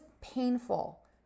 painful